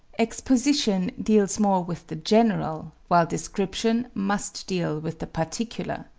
exposition deals more with the general, while description must deal with the particular.